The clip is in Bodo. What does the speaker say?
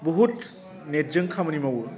बहुत नेटजों खामानि मावो